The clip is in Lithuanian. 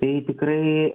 tai tikrai